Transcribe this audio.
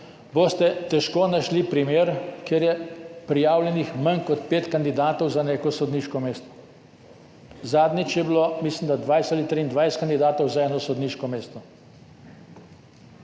boste težko našli primer, kjer je prijavljenih manj kot pet kandidatov za neko sodniško mesto. Zadnjič je bilo, mislim, da 20 ali 23 kandidatov za eno sodniško mesto.